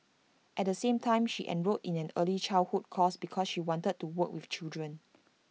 at the same time she enrolled in an early childhood course because she wanted to work with children